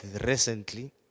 recently